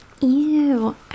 Ew